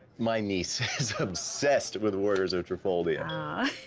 my niece is obsessed with warriors of trafoldia. ah.